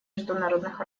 международных